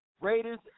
Raiders